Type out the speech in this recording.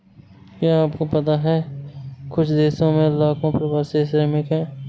क्या आपको पता है कुछ देशों में लाखों प्रवासी श्रमिक हैं?